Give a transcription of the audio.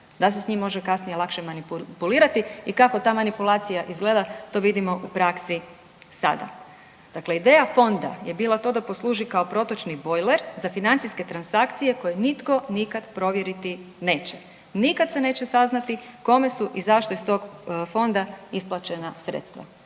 da se s njim može kasnije lakše manipulirati i kako ta manipulacija izgleda to vidimo u praksi sada. Dakle, ideja fonda je bila to da posluži kao protočni bojler za financijske transakcije koje nitko nikad provjeriti neće, nikad se neće saznati kome su i zašto iz tog fonda isplaćena sredstva.